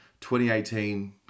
2018